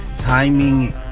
timing